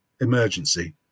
emergency